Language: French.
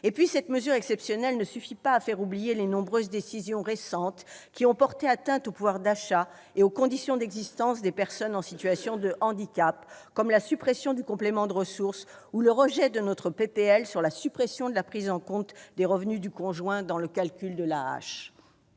En outre, cette mesure exceptionnelle ne suffit pas à faire oublier les nombreuses décisions qui ont récemment porté atteinte au pouvoir d'achat et aux conditions d'existence des personnes en situation de handicap, comme la suppression du complément de ressources ou le rejet de notre proposition de loi portant suppression de la prise en compte des revenus du conjoint dans la base de calcul de l'AAH.